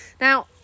Now